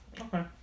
Okay